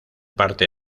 parte